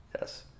yes